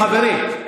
חברים.